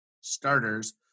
starters